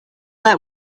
let